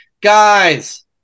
Guys